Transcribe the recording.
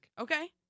Okay